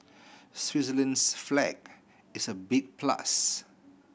Switzerland's flag is a big plus